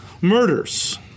Murders